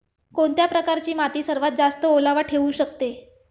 कोणत्या प्रकारची माती सर्वात जास्त ओलावा ठेवू शकते?